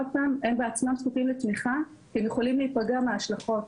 הם בעצמם זקוקים לתמיכה כי הם יכולים להיפגע מההשלכות.